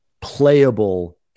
playable